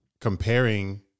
comparing